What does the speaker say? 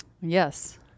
Yes